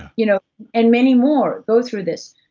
you know and many more go through this.